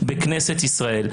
בכנסת ישראל,